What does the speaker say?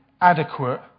adequate